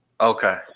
Okay